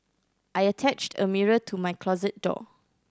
I attached a mirror to my closet door